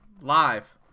live